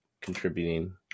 contributing